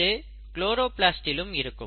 இது குளோரோபிளாஸ்ட்டிலும் இருக்கும்